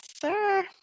sir